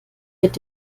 mit